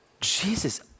Jesus